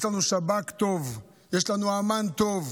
ברוך השם, יש לנו שב"כ טוב, יש לנו אמ"ן טוב.